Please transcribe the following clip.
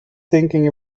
thinking